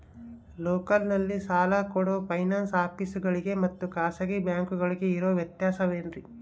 ಲೋಕಲ್ನಲ್ಲಿ ಸಾಲ ಕೊಡೋ ಫೈನಾನ್ಸ್ ಆಫೇಸುಗಳಿಗೆ ಮತ್ತಾ ಖಾಸಗಿ ಬ್ಯಾಂಕುಗಳಿಗೆ ಇರೋ ವ್ಯತ್ಯಾಸವೇನ್ರಿ?